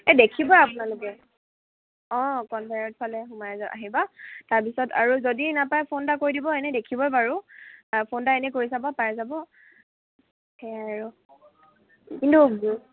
এই দেখিবই আপোনালোকে অঁ কনভয়তৰ ফালে সোমাই আহিবা তাৰপিছত আৰু যদি নাপাই ফোন এটা কৰি দিব এনেই দেখিব বাৰু ফোন এটা এনেই কৰি চাব পাই যাব সেয়াই আৰু কিন্তু